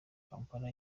kampala